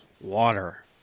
water